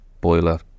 boiler